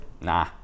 nah